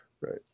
Right